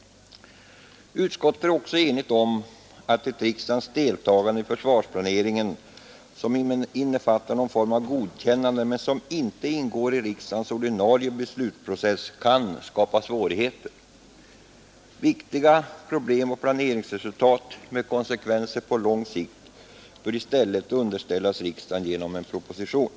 Utskottet är också enigt om att ett riksdagens deltagande i försvarsplaneringen, som innefattar någon form av godkännande men inte ingår i riksdagens ordinarie beslutsprocess, kan skapa svårigheter. Viktiga problem och planeringsresultat med konsekvenser på lång sikt bör i stället underställas riksdagen genom en proposition.